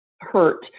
hurt